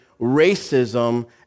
racism